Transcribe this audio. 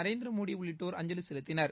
நரேந்திரமோடி உள்ளிட்டோர் அஞ்சவி செலுத்தினர்